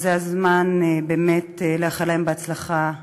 וזה הזמן באמת לאחל להם בהצלחה,